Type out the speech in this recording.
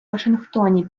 вашингтоні